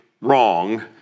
wrong